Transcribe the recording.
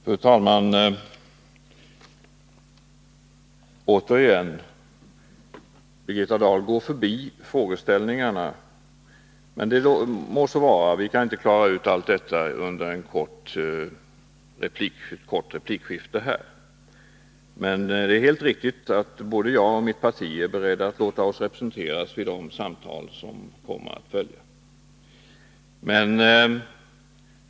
Fru talman! Birgitta Dahl går återigen förbi frågeställningarna. Men det må vara; vi kan inte klara ut allt under ett kort replikskifte. Det är helt riktigt att både jag och mitt parti är beredda att låta oss representeras vid de samtal som kommer att följa.